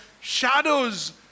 shadows